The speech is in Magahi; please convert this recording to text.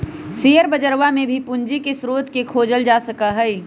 शेयर बजरवा में भी पूंजी के स्रोत के खोजल जा सका हई